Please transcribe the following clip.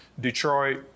Detroit